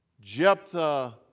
Jephthah